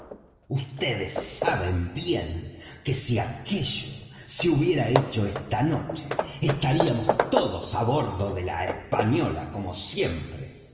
vds saben bien que si aquello se hubiera hecho esta noche estaríamos todos á bordo de la española como siempre